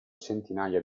centinaia